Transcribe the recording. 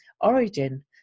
origin